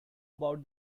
about